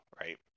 right